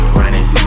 running